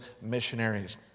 missionaries